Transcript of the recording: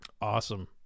Awesome